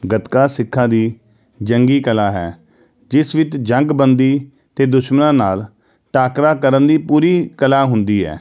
ਗਤਕਾ ਸਿੱਖਾਂ ਦੀ ਜੰਗੀ ਕਲਾ ਹੈ ਜਿਸ ਵਿੱਚ ਜੰਗਬੰਦੀ ਅਤੇ ਦੁਸ਼ਮਣਾਂ ਨਾਲ ਟਾਕਰਾ ਕਰਨ ਦੀ ਪੂਰੀ ਕਲਾ ਹੁੰਦੀ ਹੈ